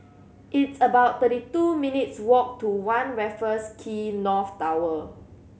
it's about thirty two minutes' walk to One Raffles Quay North Tower